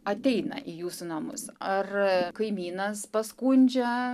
ateina į jūsų namus ar kaimynas paskundžia